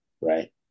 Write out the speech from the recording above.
right